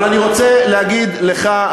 אבל אני רוצה להגיד לך,